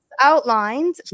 outlined